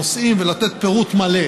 להתחיל בנושאים ולתת פירוט מלא,